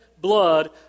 blood